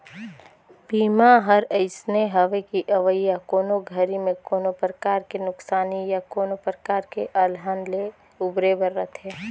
बीमा हर अइसने हवे कि अवइया कोनो घरी मे कोनो परकार के नुकसानी या कोनो परकार के अलहन ले उबरे बर रथे